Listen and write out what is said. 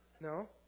No